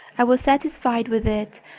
i was satisfied with it,